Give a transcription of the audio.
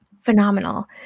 Phenomenal